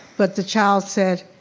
but the child said,